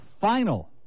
final